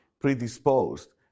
predisposed